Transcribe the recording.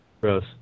gross